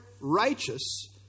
righteous